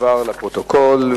תועבר לפרוטוקול.